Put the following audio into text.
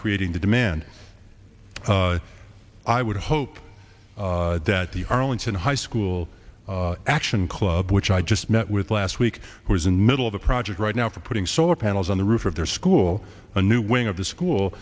creating the demand i would hope that the arlington high school action club which i just met with last week who was in the middle of the project right now for putting solar panels on the roof of their school a new wing of the school